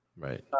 right